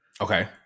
Okay